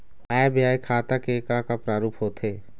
आय व्यय खाता के का का प्रारूप होथे?